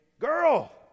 girl